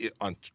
on